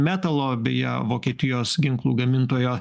metalo beje vokietijos ginklų gamintojo